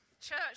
church